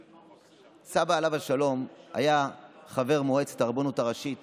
סבא, עליו השלום, היה חבר מועצת הרבנות הראשית